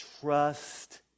Trust